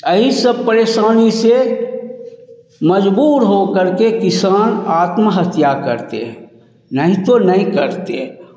यही सब परेशानी से मजबूर हो करके किसान आत्महत्या करते हैं नहीं तो नहीं करते